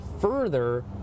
further